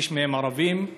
שליש מהם ערבים.